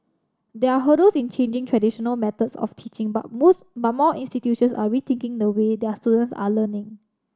there are hurdles in changing traditional methods of teaching but most but more institutions are rethinking the way their students are learning